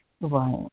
Right